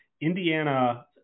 Indiana